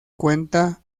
cuenta